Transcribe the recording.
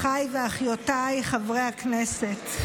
אחיי ואחיותיי חברי הכנסת,